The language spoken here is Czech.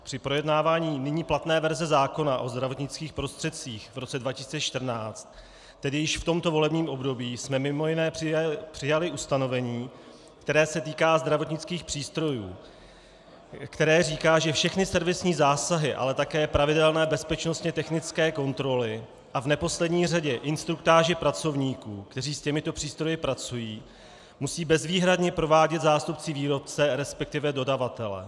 Při projednávání nyní platné verze zákona o zdravotnických prostředcích v roce 2014, tedy již v tomto volebním období, jsme mimo jiné přijali ustanovení, které se týká zdravotnických přístrojů, které říká, že všechny servisní zásahy, ale také pravidelné bezpečnostnětechnické kontroly a v neposlední řadě instruktáže pracovníků, kteří s těmito přístroji pracují, musí bezvýhradně provádět zástupci výrobce, respektive dodavatele.